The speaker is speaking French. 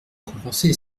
compenser